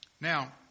Now